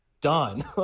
done